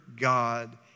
God